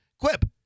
Quip